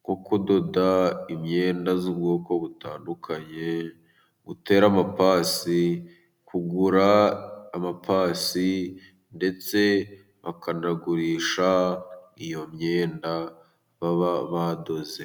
nko kudoda imyenda y'ubwoko butandukanye, gutera amapasi, kugura amapasi, ndetse bakanagurisha iyo myenda baba badoze.